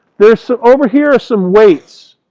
there's over here is some weights.